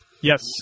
Yes